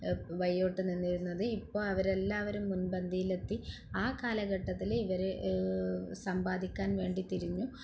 നിന്നിരുന്നത് ഇപ്പോൾ അവരെല്ലാവരും മുന്പന്തിയിലെത്തി ആ കാലഘട്ടത്തിൽ ഇവർ സമ്പാദിക്കാന് വേണ്ടി തിരിഞ്ഞു